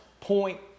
point